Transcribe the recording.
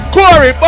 Quarry